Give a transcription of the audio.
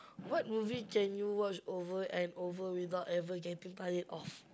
what movie can you watch over and over without ever getting tired of